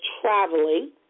traveling